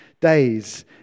days